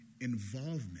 involvement